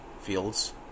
fields